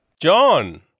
John